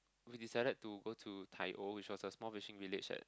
we decide to go to Tai O which was a small fishing village at